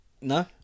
No